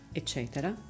eccetera